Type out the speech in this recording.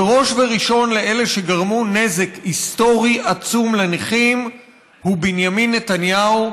וראש וראשון לאלה שגרמו נזק היסטורי עצום לנכים הוא בנימין נתניהו,